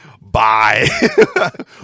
bye